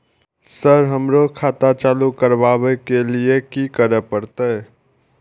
Sir हमरो खाता चालू करबाबे के ली ये की करें परते?